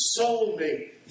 soulmate